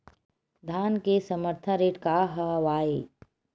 धान के समर्थन रेट का हवाय?